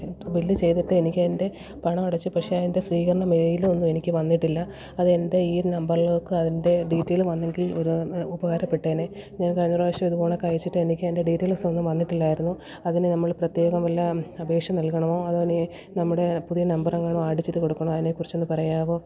bill ചെയ്തിട്ട് എനിക്കതിന്റെ പണം അടച്ചു പക്ഷേ അതിന്റെ സ്വീകരണ മെയിലും ഒന്നും എനിക്ക് വന്നിട്ടില്ല അത് എന്റെ ഈ നമ്പറിലേക്ക് അതിന്റെ ഡീറ്റെയില് വന്നെങ്കിൽ ഒരു ഉപകാരപ്പെട്ടേനെ ഞാൻ കഴിഞ്ഞ പ്രാവിശ്യം ഇതുപോലൊക്കെ അയച്ചിട്ട് എനിക്കതിന്റെ ഡീറ്റെയിൽസൊന്നും വന്നിട്ടില്ലായിരുന്നു അതിന് നമ്മൾ പ്രത്യേകം വല്ല അപേക്ഷ നൽകേണമോ അതോ ഇനി നമ്മുടെ പുതിയ നമ്പറെങ്ങാനും ആഡ് ചെയ്തു കൊടുക്കണോ അതിനേക്കുറിച്ചൊന്ന് പറയാമോ